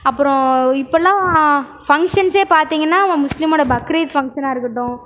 அப்புறம் இப்பெல்லாம் ஃபங்க்ஷன்ஸே பார்த்திங்கன்னா ஒரு முஸ்லீமோட பக்ரீத் ஃபங்க்ஷனாக இருக்கட்டும்